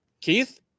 Keith